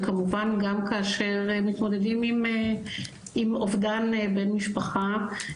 וכמובן גם כאשר מתמודדים עם אובדן בן משפחה.